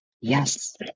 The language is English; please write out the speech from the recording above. Yes